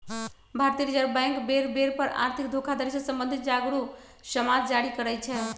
भारतीय reserve bank बेर बेर पर आर्थिक धोखाधड़ी से सम्बंधित जागरू समाद जारी करइ छै